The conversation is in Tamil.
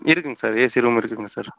இருக்குங்க சார் ஏசி ரூம் இருக்குங்க சார்